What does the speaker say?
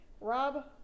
rob